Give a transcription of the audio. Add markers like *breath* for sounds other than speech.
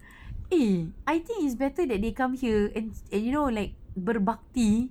*breath* eh I think it's better that they come here and and you know like berbakti